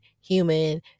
human